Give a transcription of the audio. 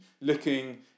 looking